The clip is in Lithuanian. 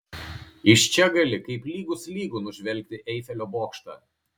iš čia gali kaip lygus lygų nužvelgti eifelio bokštą